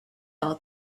are